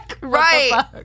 Right